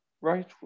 Right